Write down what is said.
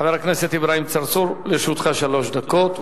חבר הכנסת אברהים צרצור, לרשותך שלוש דקות.